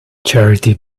charity